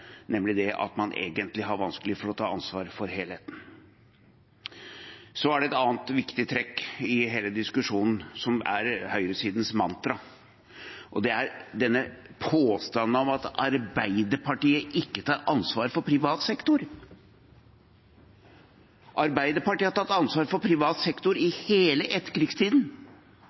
nemlig det at man egentlig har vanskelig for å ta ansvar for helheten. Det er et annet viktig trekk i hele diskusjonen, som er høyresidens mantra, og det er denne påstanden om at Arbeiderpartiet ikke tar ansvar for privat sektor. Arbeiderpartiet har tatt ansvar for privat sektor i hele